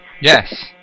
Yes